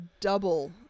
double